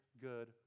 good